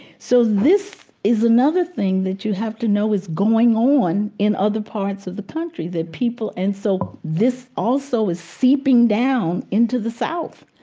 so this is another thing that you have to know is going on in other parts of the country, that people and so this also is seeping down into the south.